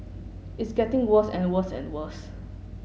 it's getting worse and worse and worse